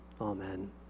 Amen